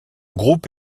groupe